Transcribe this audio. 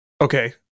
Okay